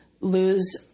lose